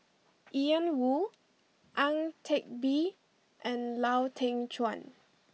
Ian Woo Ang Teck Bee and Lau Teng Chuan